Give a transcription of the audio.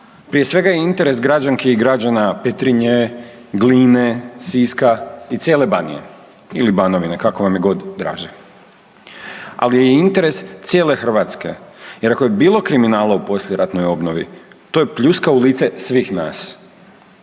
Prije svega je interes građanki i građana Petrinje, Gline, Siska i cijele Banije ili Banovine kako vam je god draže, ali je i interes cijele Hrvatske jer ako je bilo kriminala u poslijeratnoj obnovi to je pljuska u lice svih nas.